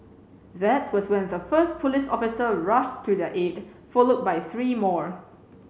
that was when the first police officer rushed to their aid followed by three more